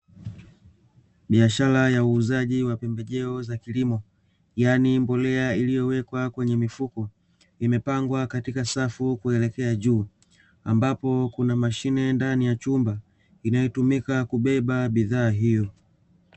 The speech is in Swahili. Biashara ya uuzaji wa pembejeo za kilimo, yaani mbolea iliyowekwa kwenye mifuko imepangwa katika safu kuelekea juu, ambapo kuna mashine ndani ya chumba inayotumika kubeba bidhaa hiyo.